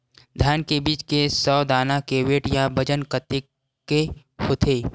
धान बीज के सौ दाना के वेट या बजन कतके होथे?